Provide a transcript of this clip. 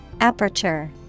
Aperture